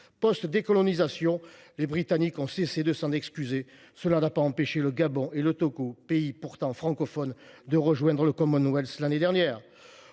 la décolonisation. Les Britanniques ont cessé de s’en excuser. Et cela n’a pas empêché le Gabon et le Togo, pays pourtant francophones, de rejoindre le Commonwealth l’année dernière.